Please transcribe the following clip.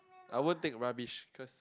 I would take rubbish cause